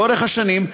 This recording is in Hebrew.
לאורך השנים,